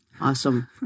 Awesome